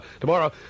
tomorrow